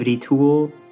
tool